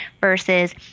versus